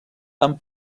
amb